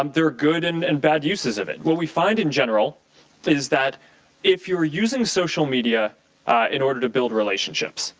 um they're good and and bad uses of it. what we find in general is that if you're using social media in order to build relationships.